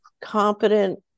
competent